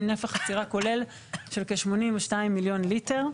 עם נפח עצירה כולל של כ-82 מיליון ליטר.